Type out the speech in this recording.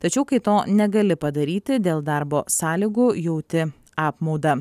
tačiau kai to negali padaryti dėl darbo sąlygų jauti apmaudą